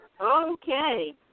Okay